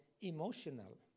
emotional